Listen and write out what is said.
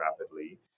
rapidly